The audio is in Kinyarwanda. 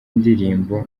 indirimbo